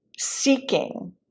seeking